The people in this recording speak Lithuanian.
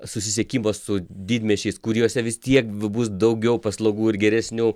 susisiekimas su didmiesčiais kuriuose vis tiek b bus daugiau paslaugų ir geresnių